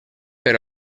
per